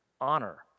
honor